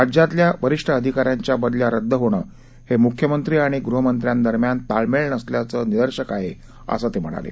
राज्यातल्या वरिष्ठ अधिका यांच्या बदल्या रदद होणं हे मुख्यमंत्री आणि गृहमंत्र्यांदरम्यान ताळमेळ नसल्याचं निदर्शक आहे असं ते म्हणाले